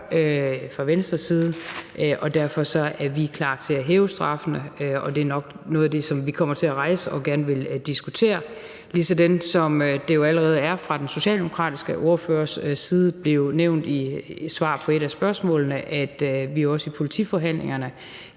helt mener at de gør. Derfor er vi klar til at hæve straffene, og det er nok noget af det, som vi kommer til at rejse og gerne vil diskutere, ligesådan som det jo allerede fra den socialdemokratiske ordførers side er blevet nævnt i et svar på et af spørgsmålene, at vi også i politiforhandlingerne